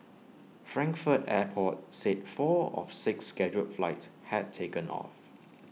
Frankfurt airport said four of six scheduled flights had taken off